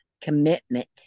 commitment